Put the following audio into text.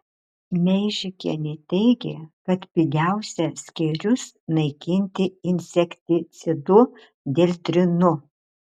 meižikienė teigė kad pigiausia skėrius naikinti insekticidu dieldrinu